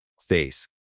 face